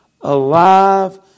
alive